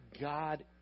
God